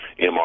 MR